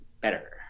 better